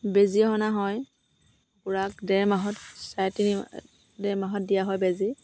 বেজী অনা হয় কুকুৰাক ডেৰ মাহত চাৰে তিনি ডেৰ মাহত দিয়া হয় বেজী